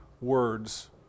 words